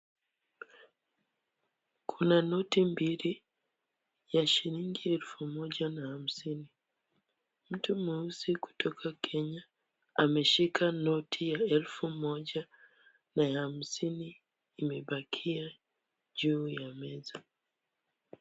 Kuna noti mbili ya shilingi elfu moja na hamsini. Mtu mweusi kutoka Kenya ameshika noti ya elfu moja, na ya hamsini imebakia juu ya meza.